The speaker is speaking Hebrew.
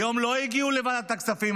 היום לא הגיעו לוועדת הכספים,